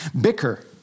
Bicker